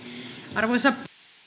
arvoisa puhemies